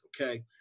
okay